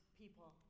people